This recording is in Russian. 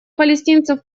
палестинцев